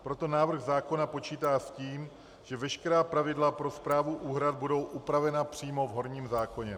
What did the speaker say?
Proto návrh zákona počítá s tím, že veškerá pravidla pro správu úhrad budou upravena přímo v horním zákoně.